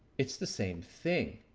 it's the same thing.